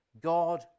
God